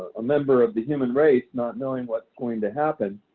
a member of the human race, not knowing what's going to happen.